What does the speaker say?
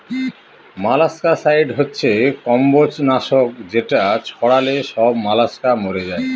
molluscicide হচ্ছে কম্বজ নাশক যেটা ছড়ালে সব মলাস্কা মরে যায়